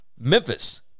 Memphis